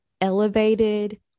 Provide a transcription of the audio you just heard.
elevated